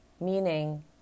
Meaning